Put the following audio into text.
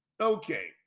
Okay